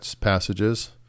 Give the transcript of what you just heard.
passages